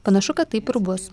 panašu kad taip ir bus